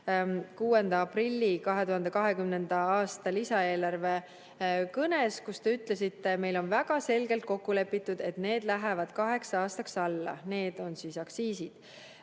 6. aprilli 2020. aasta lisaeelarve kõnes te ütlesite, et meil on väga selgelt kokku lepitud, et need lähevad kaheks aastaks alla – "need" on aktsiisid.